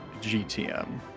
GTM